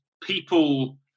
people